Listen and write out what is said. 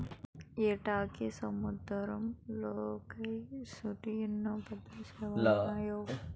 ఏటకి సముద్దరం లోకెల్తే సూడు ఎన్ని పెద్ద సేపలడ్డాయో